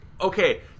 okay